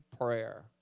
prayer